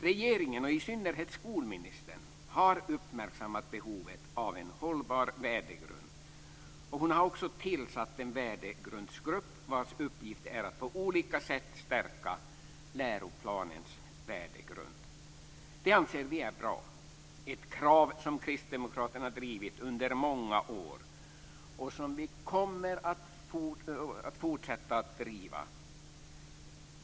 Regeringen, och i synnerhet skolministern, har uppmärksammat behovet av en hållbar värdegrund, och hon har också tillsatt en värdegrundsgrupp vars uppgift är att på olika sätt stärka läroplanens värdegrund. Det anser vi är bra. Det är ett krav som kristdemokraterna har drivit under många år och som vi kommer att fortsätta att driva.